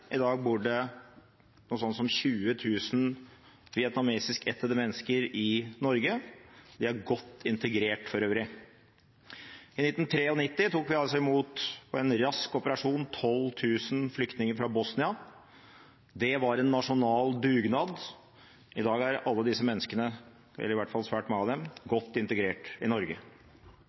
I dag bor det noe sånt som 20 000 vietnamesisk ættede mennesker i Norge. De er godt integrert for øvrig. I 1993 tok vi, i en rask operasjon, imot 12 000 flyktninger fra Bosnia. Det var en nasjonal dugnad. I dag er svært mange av disse menneskene godt integrert i